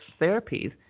therapies